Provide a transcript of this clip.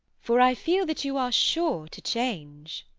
for i feel that you are sure to change.